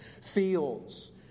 Fields